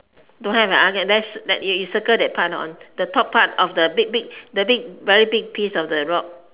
don't have you circle that part the top part of the big big the big very big piece of the rock